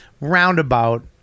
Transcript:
Roundabout